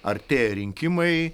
artėja rinkimai